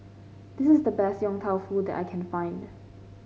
this is the best Yong Tau Foo that I can find